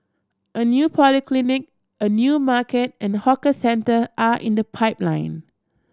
a new polyclinic a new market and hawker centre are in the pipeline